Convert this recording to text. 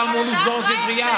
זה לא אמור לסגור ספרייה.